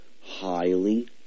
highly